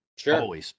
Sure